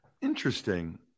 Interesting